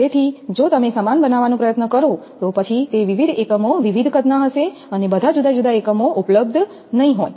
તેથી જો તમે સમાન બનાવવાનો પ્રયત્ન કરો તો પછી તે વિવિધ એકમો વિવિધ કદના હશે અને બધા જુદા જુદા એકમો ઉપલબ્ધ નહીં હોય